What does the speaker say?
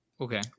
Okay